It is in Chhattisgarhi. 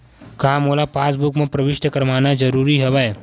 का मोला पासबुक म प्रविष्ट करवाना ज़रूरी हवय?